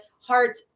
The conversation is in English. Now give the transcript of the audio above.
heart